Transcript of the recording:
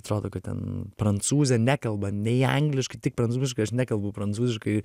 atrodo kad ten prancūzė nekalba nei angliškai tik prancūziškai aš nekalbu prancūziškai